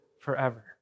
forever